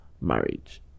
marriage